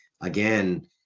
again